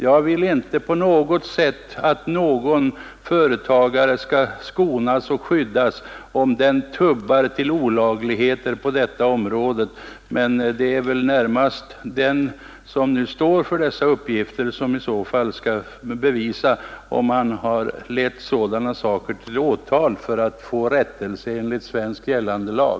Jag vill inte att någon företagare skall skonas och skyddas, om han tubbar till olagligheter. Men det är väl den som lämnar sådana uppgifter som bör bevisa att de är riktiga och se till att'saken förs till åtal, så att man kan åstadkomma rättelse enligt gällande svensk lag.